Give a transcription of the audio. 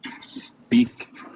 speak